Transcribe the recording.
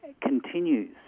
continues